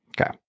Okay